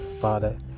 Father